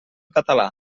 català